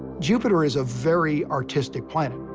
jupiter is a very artistic planet.